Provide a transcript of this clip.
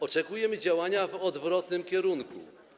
Oczekujemy działania w odwrotnym kierunku.